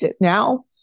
now